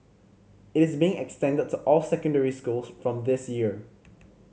it is being extended to all secondary schools from this year